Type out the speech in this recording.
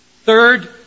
Third